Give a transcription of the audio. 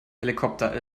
helikopter